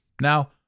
Now